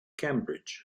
cambridge